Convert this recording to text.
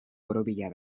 borobila